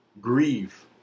grieve